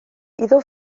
iddo